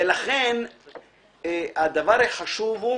ולכן הדבר החשוב הוא